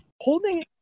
holding